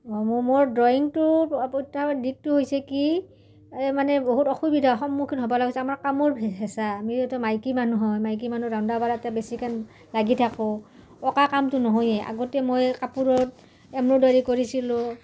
অঁ মোৰ মোৰ ড্ৰয়িংটোৰ প্ৰত্যাহ্বান দিশটো হৈছে কি মানে বহুত অসুবিধাৰ সন্মুখীন হ'ব লাগা হৈছে আমাৰ কামৰ হেঁচা মাইকী মানুহ হয় মাইকী মানুহ ৰন্ধা বাঢ়াতে বেছিকে লাগি থাকোঁ অঁকা কামটো নহয়েই আগতে মই কাপোৰত এমব্ৰইডাৰী কৰিছিলোঁ